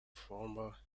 former